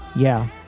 yeah.